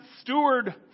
steward